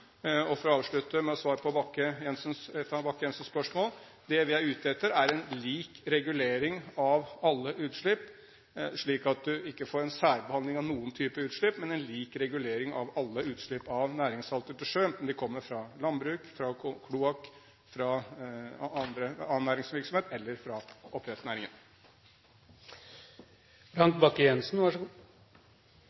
For å avslutte med å svare på et av Bakke-Jensens spørsmål: Det vi er ute etter, er en lik regulering av alle utslipp, slik at man ikke får en særbehandling av noen typer utslipp, men en lik regulering av alle utslipp av næringssalter til sjø, enten de kommer fra landbruk, fra kloakk, fra annen næringsvirksomhet eller fra